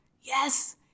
Yes